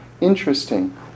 interesting